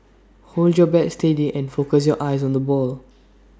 hold your bat steady and focus your eyes on the ball